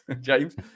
James